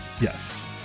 Yes